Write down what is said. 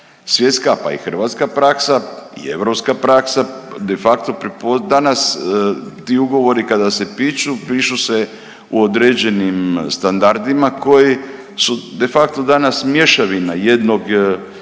Svjetska pa i hrvatska praksa i europska praksa de facto, danas ti ugovori kada se pišu, pišu se u određenim standardima koji su de facto danas mješavina jednog i